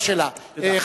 השאלה נשאלה.